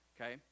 Okay